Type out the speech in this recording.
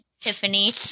Tiffany